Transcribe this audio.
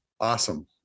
Awesome